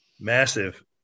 Massive